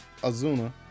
Azuna